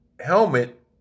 helmet